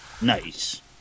Nice